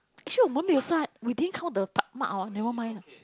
actually 我们没有 swipe we didn't count the mark oh never mind lah